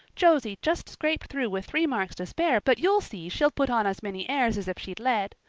josie just scraped through with three marks to spare, but you'll see she'll put on as many airs as if she'd led.